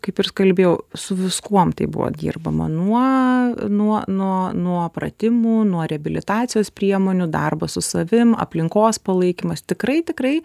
kaip ir kalbėjau su viskuom tai buvo dirbama nuo nuo nuo nuo pratimų nuo reabilitacijos priemonių darbas su savim aplinkos palaikymas tikrai tikrai